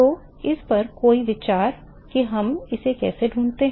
तो इस पर कोई विचार कि हम इसे कैसे ढूंढते हैं